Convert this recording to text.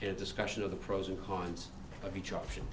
and discussion of the pros and cons of each option